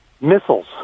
Missiles